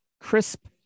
crisp